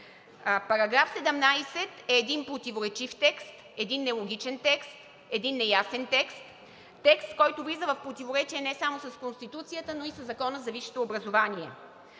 Параграф 17 е един противоречив текст, един нелогичен текст, един неясен текст, който влиза в противоречие не само с Конституцията, но и със Закона за висшето образование.